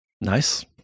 Nice